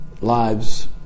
lives